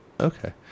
Okay